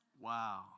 Wow